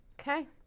Okay